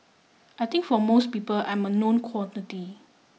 I think for most people I'm a known quantity